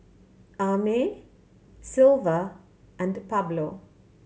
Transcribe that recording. Amey Silver and Pablo